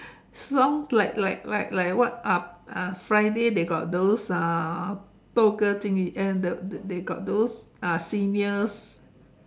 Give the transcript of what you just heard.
songs like like like like what uh uh Friday they got those uh 斗歌精艺 and they they got those uh seniors